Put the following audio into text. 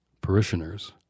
parishioners